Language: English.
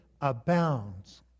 abounds